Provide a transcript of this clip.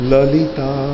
Lalita